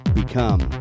become